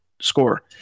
Score